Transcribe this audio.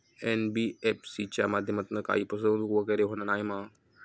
NBFC च्या माध्यमातून काही फसवणूक वगैरे होना नाय मा?